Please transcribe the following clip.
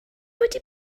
wedi